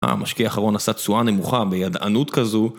המשקי האחרון עשה צועה נמוכה בידענות כזו